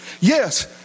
Yes